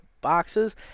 boxes